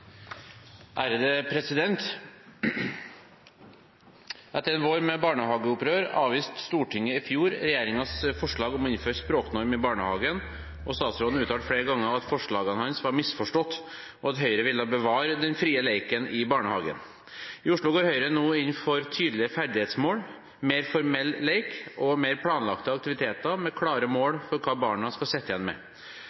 en vår med barnehageopprør avviste Stortinget i fjor regjeringens forslag om å innføre språknorm i barnehagen, og statsråden uttalte flere ganger at forslagene hans var misforstått, og at Høyre ville bevare den frie leken i barnehagen. I Oslo går Høyre nå inn for tydelige ferdighetsmål, mer formell lek og mer planlagte aktiviteter med klare mål